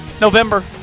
November